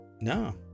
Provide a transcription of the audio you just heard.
No